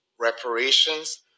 reparations